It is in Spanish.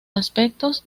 aspectos